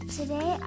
Today